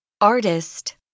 Artist